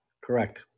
Correct